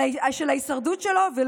תודה רבה.